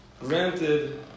granted